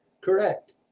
Correct